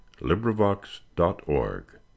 LibriVox.org